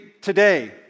today